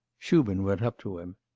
shubin went up to him.